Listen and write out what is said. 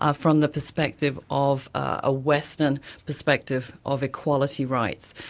ah from the perspective of a western perspective of equality rights.